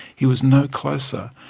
he was no closer.